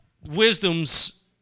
Wisdom's